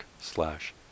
slash